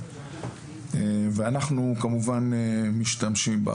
ואנחנו כמובן משתמשים בה.